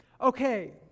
Okay